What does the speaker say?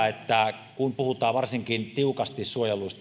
että kun puhutaan varsinkin tiukasti suojeltujen